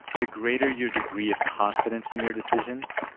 the greater your degree of confidence in your decisions,